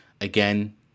Again